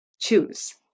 choose